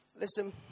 Listen